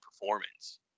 performance